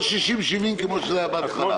60 70 מיליון שקל כפי שזה היה בהתחלה.